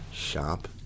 shop